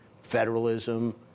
federalism